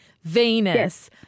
Venus